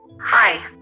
Hi